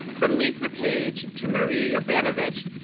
from lisa page, to marie jovanovic,